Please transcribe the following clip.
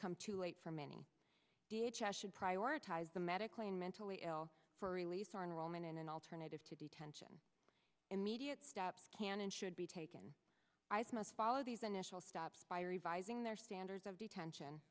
come too late for many d h i should prioritize the medically and mentally ill for release are in rome and in an alternative to detention immediate steps can and should be taken as most follow these initial steps by revising their standards of detention